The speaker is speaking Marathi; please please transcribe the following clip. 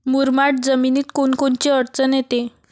मुरमाड जमीनीत कोनकोनची अडचन येते?